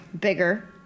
Bigger